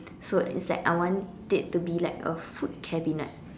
so it's like I want it to be like a food cabinet